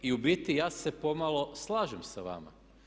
U biti ja se pomalo slažem sa vama.